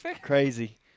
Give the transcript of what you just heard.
crazy